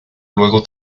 luego